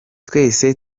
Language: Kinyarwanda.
twese